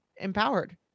empowered